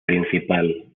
principal